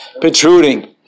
protruding